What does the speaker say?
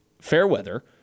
Fairweather